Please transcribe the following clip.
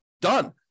Done